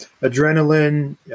adrenaline